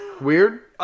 Weird